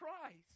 Christ